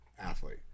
athlete